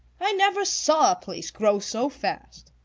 i never saw a place grow so fast.